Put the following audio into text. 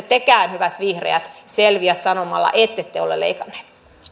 tekään hyvät vihreät selviä sanomalla ettette ole leikanneet